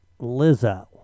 Lizzo